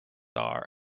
are